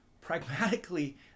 pragmatically